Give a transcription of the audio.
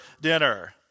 dinner